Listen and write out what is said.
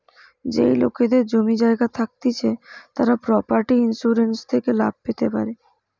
যেই লোকেদের জমি জায়গা থাকতিছে তারা প্রপার্টি ইন্সুরেন্স থেকে লাভ পেতে পারে